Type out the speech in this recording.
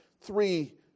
three